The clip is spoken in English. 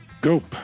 goop